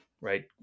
right